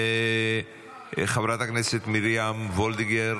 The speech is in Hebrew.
חברת הכנסת מרים וולדיגר,